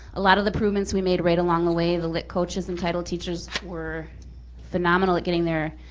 a lot of the improvements we made right along the way. the lit coaches and title teachers were phenomenal at getting their